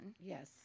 Yes